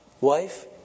wife